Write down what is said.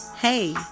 Hey